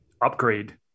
upgrade